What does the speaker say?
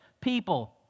people